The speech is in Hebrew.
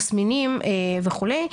תסמינים וכולי,